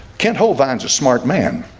kent whole vines a smart man,